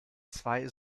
zwei